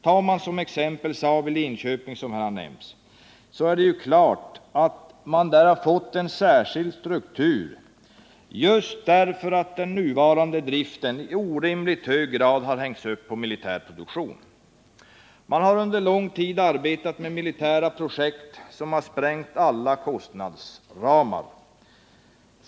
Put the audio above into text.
Tar man som exempel Saab i Linköping, som nämnts här, så är det klart att det företaget har fått en särskild struktur därför att den nuvarande driften i orimligt hög grad har hängts upp på militär produktion. Man har under lång tid arbetat med militära projekt, som har sprängt alla kostnadsramar.